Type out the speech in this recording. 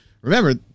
Remember